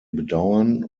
bedauern